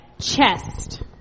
chest